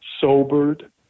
sobered